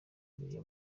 bibiliya